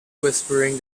whispering